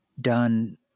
done